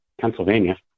Pennsylvania